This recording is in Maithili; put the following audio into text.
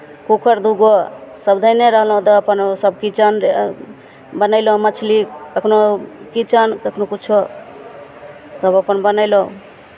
कूकर दू गो सभ धयने रहलहुँ तऽ अपन सभ चिकन बनयलहुँ मछली कखनहु चिकन कखनहु किछो सभ अपन बनयलहुँ